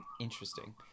Interesting